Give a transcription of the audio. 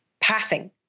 passing